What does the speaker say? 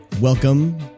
welcome